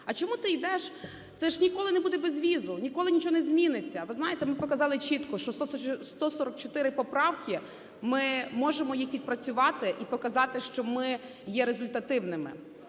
"А чому ти йдеш? Це ж ніколи не буде безвізу, ніколи нічого не зміниться". Ви знаєте, ми показали чітко, що 144 поправки, ми можемо їх відпрацювати і показати, що ми є результативними.